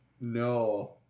No